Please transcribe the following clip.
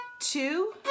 two